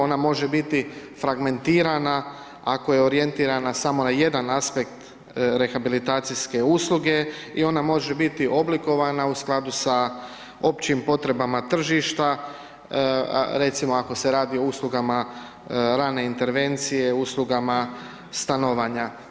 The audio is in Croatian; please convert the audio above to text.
Ona može biti fragmentirana ako je orijentirana samo na jedan aspekt rehabilitacijske usluge i ona može biti oblikovana u skladu sa općim potrebama tržišta, recimo ako se radi o uslugama rane intervencije, uslugama stanovanja.